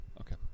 Okay